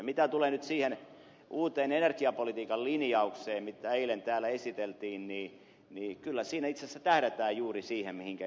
mitä tulee nyt siihen uuteen energiapolitiikan linjaukseen mitä eilen täällä esiteltiin niin kyllä siinä itse asiassa tähdätään juuri siihen mihinkä ed